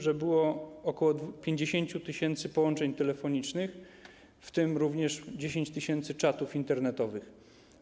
Że było ok. 50 tys. połączeń telefonicznych, w tym również 10 tys. czatów internetowych.